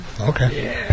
Okay